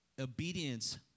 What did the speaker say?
obedience